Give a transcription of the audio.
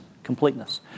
completeness